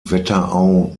wetterau